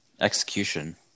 execution